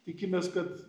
tikimės kad